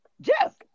Jeff